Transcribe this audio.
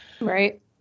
Right